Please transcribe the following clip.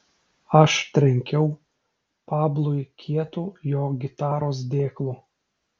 aš trenkiau pablui kietu jo gitaros dėklu